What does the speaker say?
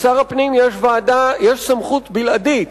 לשר הפנים יש סמכות בלעדית